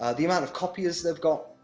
the amount of copiers they've got,